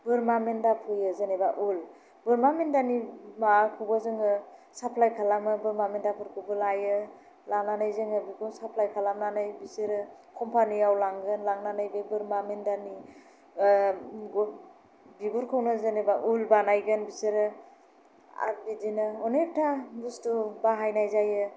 बोरमा मेन्दा फिसियो जेनेबा उल बोरमा मेन्दानि माबाखौबो जोङो साप्लाय खालामो बोरमा मेन्दाफोरखौबो लायो लानानै जोङो बेखौ साप्लाय खालामनानै बिसोरो कम्पानियाव लांगोन लांनानै बे बोरमा मेन्दानि बिगुरखौनो जेनेबा उल बानायगोन बिसोरो आरो बिदिनो अनेकथा बुस्थु बाहायनाय जायो